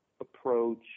approach